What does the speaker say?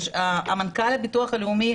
מנכ"ל הביטוח הלאומי,